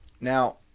Now